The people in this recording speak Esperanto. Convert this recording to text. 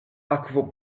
akvo